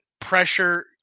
pressure